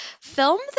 film